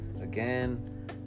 again